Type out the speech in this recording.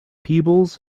peebles